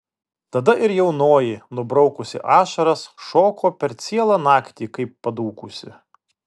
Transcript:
tada ir jaunoji nubraukusi ašaras šoko per cielą naktį kaip padūkusi